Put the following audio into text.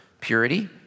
purity